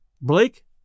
Blake